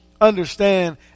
understand